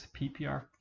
PPR